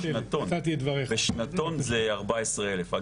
בשנתון זה 14 אלף.